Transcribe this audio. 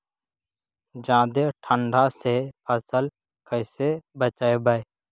जादे ठंडा से फसल कैसे बचइबै?